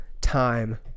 time